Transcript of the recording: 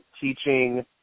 teaching